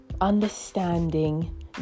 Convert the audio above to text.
understanding